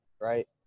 right